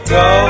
go